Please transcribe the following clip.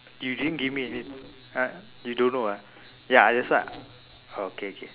you didn't give me any (huh) you don't know ah ya that's why okay okay